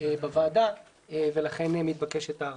בוועדה ולכן מתבקשת הארכה.